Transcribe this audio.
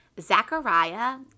Zechariah